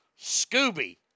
Scooby